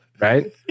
right